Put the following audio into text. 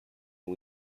and